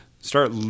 start